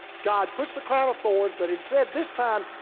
god puts the crown of thorns but instead this time,